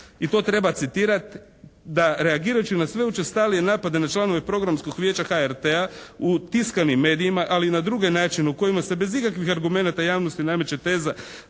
i to treba citirati da: «Reagirajući na sve učestalije napade na članove Programskog vijeća HRT-a u tiskanim medijima ali i na druge načine u kojima se bez ikakvih argumenata javnosti nameće teza